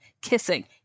kissing